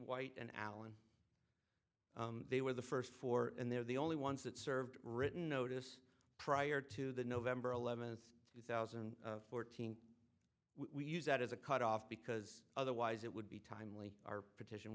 white and alan they were the first four and they're the only ones that served written notice prior to the november eleventh two thousand and fourteen we use that as a cutoff because otherwise it would be timely our petition